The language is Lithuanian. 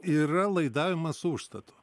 yra laidavimas užstatu